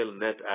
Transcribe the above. net